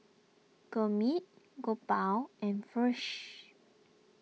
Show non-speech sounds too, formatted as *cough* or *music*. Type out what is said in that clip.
Gurmeet Gopal and *unintelligible*